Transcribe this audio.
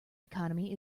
economy